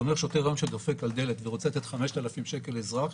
זה אומר שהיום שוטר דופק על דלת ורוצה לתת 5,000 שקל לאזרח,